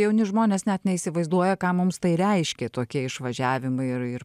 jauni žmonės net neįsivaizduoja ką mums tai reiškė tokie išvažiavimai ir ir